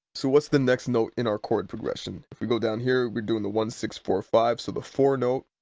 so what's the next note in our chord progression? if we go b bdown here, we're doing the one six four five, so the four note.